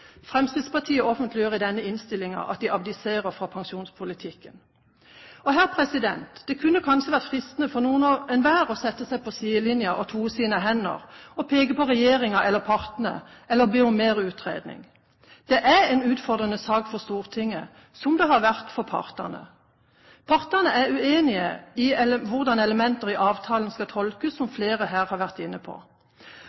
Fremskrittspartiet offentliggjør i denne innstillingen at de abdiserer fra pensjonspolitikken Det kunne kanskje vært fristende for noen hver å sette seg på sidelinjen, toe sine hender og peke på regjeringen eller partene eller be om mer utredning. Det er en utfordrende sak for Stortinget, som det har vært for partene. Partene er uenig i hvordan elementer i avtalen skal tolkes, som